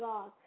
God